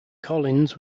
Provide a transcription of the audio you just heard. collins